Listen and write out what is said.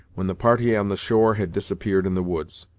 when the party on the shore had disappeared in the woods.